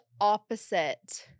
opposite